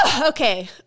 Okay